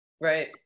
Right